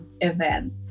event